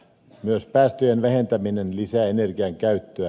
myös päästöjen vähentäminen lisää energian käyttöä